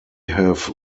have